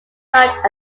such